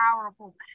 powerful